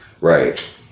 right